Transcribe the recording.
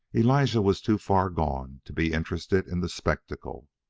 elijah was too far gone to be interested in the spectacle.